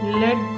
let